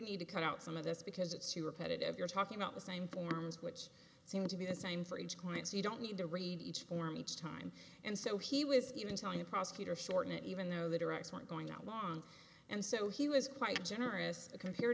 need to cut out some of this because it's too repetitive you're talking about the same forms which seem to be the same for each client so you don't need to read each form each time and so he was even telling the prosecutor shorten it even though the direct weren't going along and so he was quite generous compared